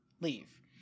Leave